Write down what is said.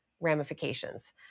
ramifications